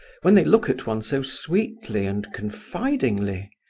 when they look at one so sweetly and confidingly?